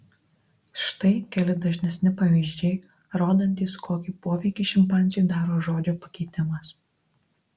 štai keli dažnesni pavyzdžiai rodantys kokį poveikį šimpanzei daro žodžio pakeitimas